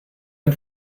ein